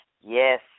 Yes